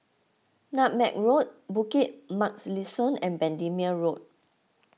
Nutmeg Road Bukit Mugliston and Bendemeer Road